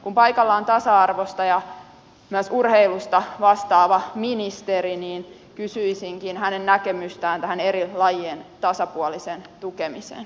kun paikalla on tasa arvosta ja myös urheilusta vastaava ministeri niin kysyisinkin hänen näkemystään tästä eri lajien tasapuolisesta tukemisesta